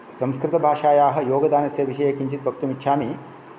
संस्कृतभाषायाः योगदानस्य विषये किञ्चित् वक्तुमिच्छामि